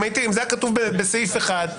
אם זה היה כתוב בסעיף 1,